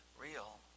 real